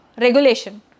regulation